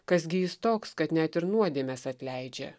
kas gi jis toks kad net ir nuodėmes atleidžia